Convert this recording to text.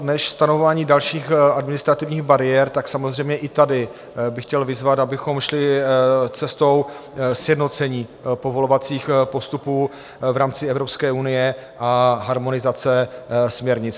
Než stanovování dalších administrativních bariér, tak samozřejmě i tady bych chtěl vyzvat, abychom šli cestou sjednocení povolovacích postupů v rámci Evropské unie a harmonizace směrnic.